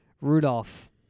Rudolph